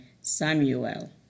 Samuel